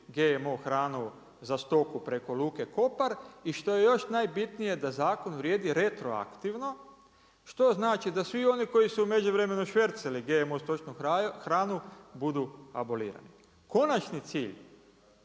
GMO hranu za stoku preko Luke Kopar i što je još bitnije da zakon vrijedi retroaktivno što znači da svi oni koji su u međuvremenu švercali GMO stočnu hranu budu abolirani. Konačni cilj